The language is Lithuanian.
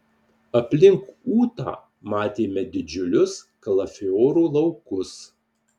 aplink ūtą matėme didžiulius kalafiorų laukus